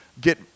get